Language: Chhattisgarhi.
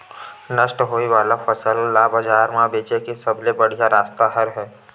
नष्ट होने वाला फसल ला बाजार मा बेचे के सबले बढ़िया रास्ता का हरे?